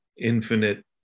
infinite